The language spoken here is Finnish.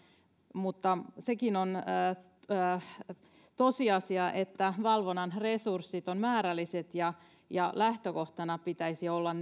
mutta sekin on tosiasia että valvonnan resurssit ovat määrälliset ja ja lähtökohtana pitäisi olla